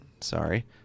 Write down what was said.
Sorry